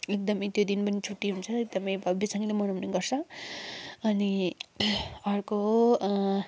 एकदमै त्यो दिन पनि छुट्टी हुन्छ एकदमै भव्यसँग मनाउँने गर्छ अनि अर्को हो